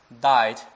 died